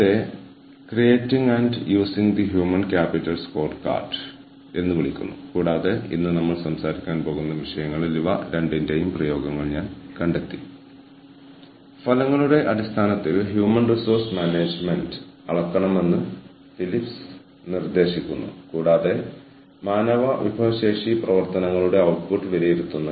ഈ ക്ലാസിൽ human resource മാനേജ്മെന്റിലെ ചില ടെൻഷനുകൾ ഞാൻ നിങ്ങളുമായി പങ്കിടും അത് കഴിഞ്ഞ് ഭാവിയിലേക്കുള്ള ഹ്യൂമൻ റിസോഴ്സ് മാനേജ്മെന്റ് മോഡലായ സുസ്ഥിര ഹ്യൂമൻ റിസോഴ്സ് മാനേജ്മെന്റിനെ കുറിച്ച് ഞാൻ നിങ്ങളോട് സംസാരിക്കും